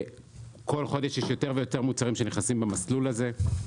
שכל חודש יש יותר ויותר מוצרים שנכנסים במסלול הזה.